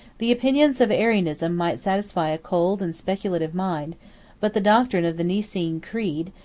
the opinions of arianism might satisfy a cold and speculative mind but the doctrine of the nicene creed,